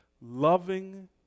loving